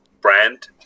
brand